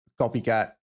copycat